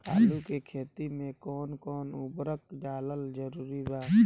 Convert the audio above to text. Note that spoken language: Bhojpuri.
आलू के खेती मे कौन कौन उर्वरक डालल जरूरी बा?